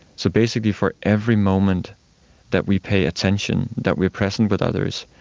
so basically for every moment that we pay attention, that we are present with others,